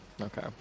okay